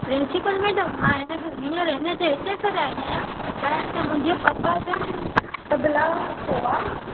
principal madam मां हिन खे हींअर हिन ते हिते कराई आहे कारण के मुंहिंजे पपा जो न तबादिलो थियो आहे